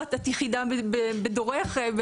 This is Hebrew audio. שאת אחת ויחידה בדורך,